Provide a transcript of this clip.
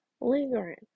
lingering